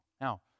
Now